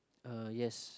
uh yes